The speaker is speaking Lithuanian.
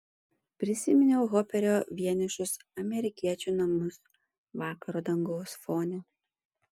prisiminiau hoperio vienišus amerikiečių namus vakaro dangaus fone